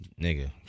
Nigga